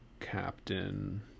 captain